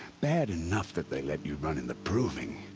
bad enough that they'd let you run in the proving.